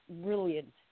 brilliant